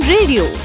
Radio